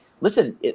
listen